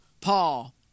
Paul